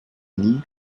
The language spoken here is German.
nie